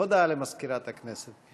הודעה למזכירת הכנסת.